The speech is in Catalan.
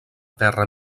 terra